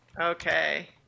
Okay